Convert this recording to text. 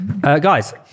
guys